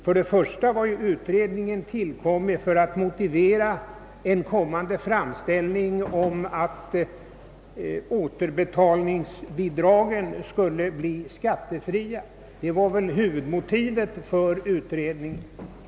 För det första har ju utredningen tillkommit för att motivera en kommande framställning om att återbetalningsbidragen skulle bli skattefria. Det var väl huvudmotivet för utredningen.